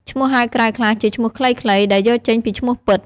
ឈ្មោះហៅក្រៅខ្លះជាឈ្មោះខ្លីៗ ដែលយកចេញពីឈ្មោះពិត។